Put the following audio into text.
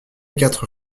quatre